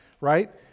right